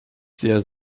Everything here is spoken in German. sehr